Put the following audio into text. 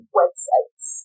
websites